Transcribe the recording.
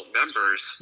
members